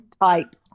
type